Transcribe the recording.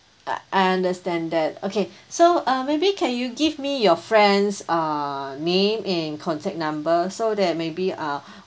uh I understand that okay so uh maybe can you give me your friends' uh name and contact number so that maybe uh